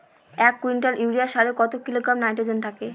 এক quintal urea সারে কত কিলোগ্রাম নাইট্রোজেন থাকে?